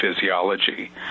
physiology